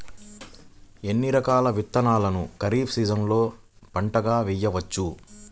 ఎన్ని రకాల విత్తనాలను ఖరీఫ్ సీజన్లో పంటగా వేయచ్చు?